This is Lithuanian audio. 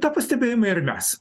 tą pastebėjome ir mes